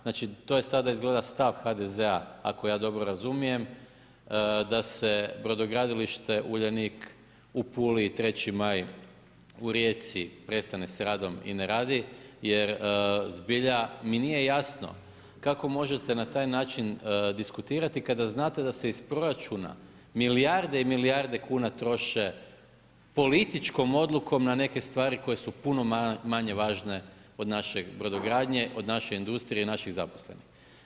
Znači, to je sada izgleda stav HDZ-a ako ja dobro razumijem da se brodogradilište Uljanik u Puli i 3. maj u Rijeci prestane s radom i ne radi jer zbilja mi nije jasno kako možete na taj način diskutirati kada znate da se iz proračuna milijarde i milijarde kuna troše političkom odlukom na neke stvari koje su puno manje važne od naše brodogradnje, od naše industrije i naših zaposlenih.